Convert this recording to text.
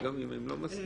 גם אם הם לא מסכימים?